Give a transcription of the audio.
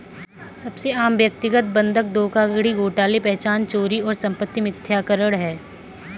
सबसे आम व्यक्तिगत बंधक धोखाधड़ी घोटाले पहचान की चोरी और संपत्ति मिथ्याकरण है